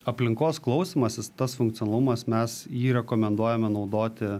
aplinkos klausymasis tas funkcionalumas mes jį rekomenduojame naudoti